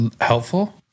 Helpful